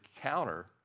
counter